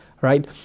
right